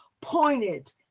pointed